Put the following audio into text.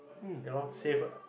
ya lor save